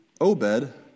Obed